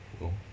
no